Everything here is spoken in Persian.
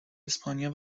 اسپانیا